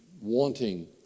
wanting